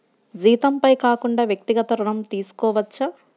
జీతంపై కాకుండా వ్యక్తిగత ఋణం తీసుకోవచ్చా?